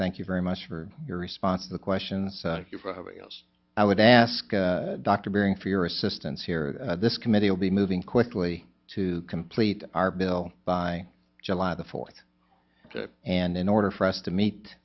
thank you very much for your response to the questions else i would ask dr baring for your assistance here this committee will be moving quickly to complete our bill by july the fourth and in order for us to meet